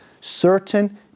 certain